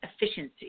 efficiency